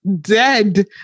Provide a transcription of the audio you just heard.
dead